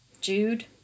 Jude